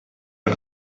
der